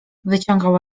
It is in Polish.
wyciągał